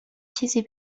چیزی